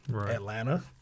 Atlanta